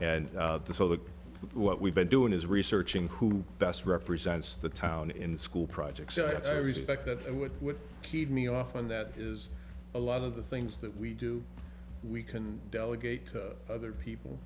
and so that what we've been doing is researching who best represents the town in school projects so i respect that and what would keep me off on that is a lot of the things that we do we can delegate other people